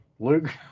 Luke